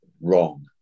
wrong